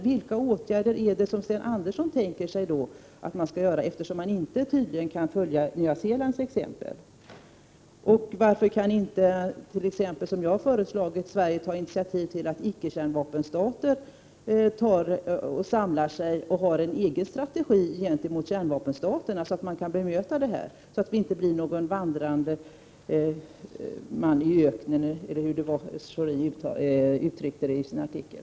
Vilka åtgärder tänker sig Sten Andersson att man skaii vidta, eftersom Sverige tydligen inte kan följa Nya — Prot. 1988/89:106 Zeelands exempel? 28 april 1989 Varför kan inte Sverige, som jag har föreslagit, ta initiativ till att ö & å är Om kärnvapenfri zon i icke-kärnvapenstater går samman om en egen strategi gentemot kärnvapen Norden och iuländska staterna, så att man kan bemöta dem. Då skulle ju inte Sverige bli som en = vandrande man i öknen, eller hur det var Schori uttryckte sig i sin artikel.